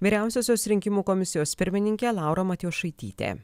vyriausiosios rinkimų komisijos pirmininkė laura matjošaitytė